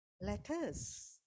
letters